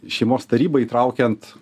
šeimos tarybą įtraukiant